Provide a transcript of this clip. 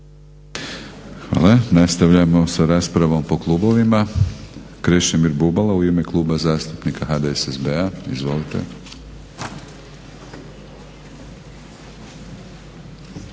Hvala. Nastavljamo sa raspravom po klubovima. Krešimir Bubalo u ime Kluba zastupnika HDSSB-a. Izvolite.